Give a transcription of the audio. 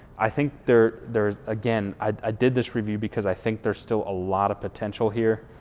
i think there's there's again, i did this review because i think there's still a lot of potential here,